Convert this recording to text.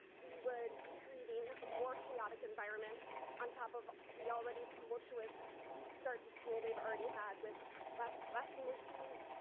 we would be creating a more chaotic environment on top of the already tumultuous start to school they've already had with busing busing issues,